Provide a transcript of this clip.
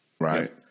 Right